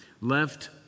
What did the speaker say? left